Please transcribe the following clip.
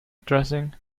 addressing